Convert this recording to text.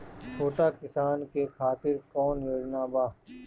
छोटा किसान के खातिर कवन योजना बा?